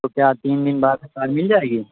تو کیا تین دن بعد کار مل جائے گی